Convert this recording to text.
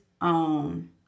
own